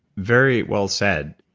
very well said.